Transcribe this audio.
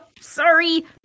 sorry